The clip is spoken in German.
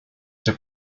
der